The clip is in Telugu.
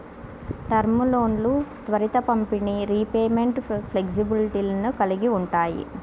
టర్మ్ లోన్లు త్వరిత పంపిణీ, రీపేమెంట్ ఫ్లెక్సిబిలిటీలను కలిగి ఉంటాయి